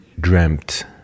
dreamt